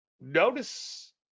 notice